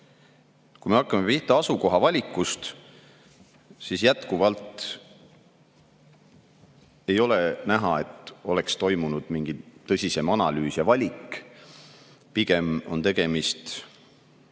Kui me hakkame pihta asukoha valikust, siis jätkuvalt ei ole näha, et oleks toimunud mingi tõsisem analüüs ja valik. Pigem on tegemist,